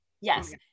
yes